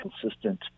consistent